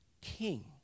king